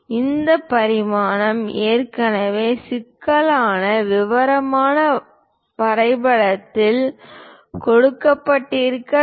இந்த பரிமாணம் ஏற்கனவே சிக்கலான விவரமாக வரைபடத்தில் கொடுக்கப்பட்டிருக்க வேண்டும்